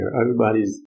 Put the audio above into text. Everybody's